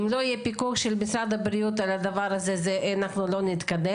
אם לא יהיה פיקוח של משרד הבריאות על הדבר הזה אנחנו לא נתקדם.